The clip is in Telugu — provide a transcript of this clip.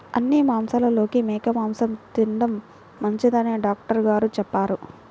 అన్ని మాంసాలలోకి మేక మాసం తిండం మంచిదని డాక్టర్ గారు చెప్పారు